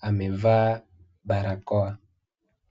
amevaa barakoa.